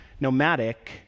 nomadic